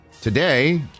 Today